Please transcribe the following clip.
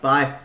Bye